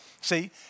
See